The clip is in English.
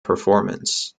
performance